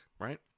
right